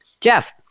Jeff